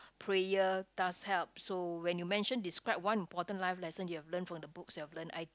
prayer does help so when you mention describe one important life lesson you've learnt from the books you've learnt I